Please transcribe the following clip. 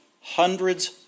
hundreds